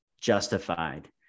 justified